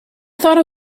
thought